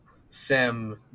Sam